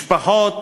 משפחות